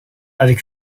avec